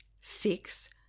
Six